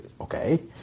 okay